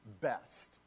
best